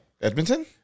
Edmonton